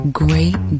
great